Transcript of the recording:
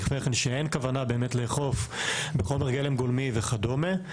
כן שאין כוונה באמת לאכוף בחומר גלם גולמי וכדומה.